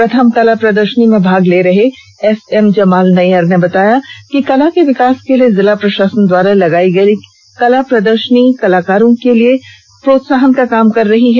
प्रथम कला प्रदर्शनी में भाग ले रहे एसएम जमाल नैयर ने बताया कि कला के विकास के लिए जिला प्रशासन द्वारा लगायी गयी कला प्रदर्शनी कलाकारों के लिए प्रोत्साहन का काम कर रही है